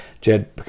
Jed